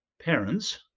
parents